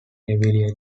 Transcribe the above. heavily